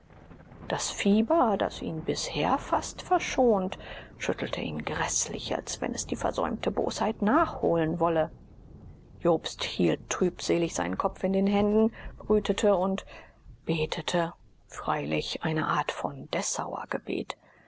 das fieber das ihn bisher fast verschont schüttelte ihn gräßlich als wenn es die versäumte bosheit nachholen wolle jobst hielt trübselig seinen kopf in den händen brütete und betete freilich eine art von dessauergebet